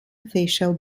official